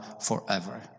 forever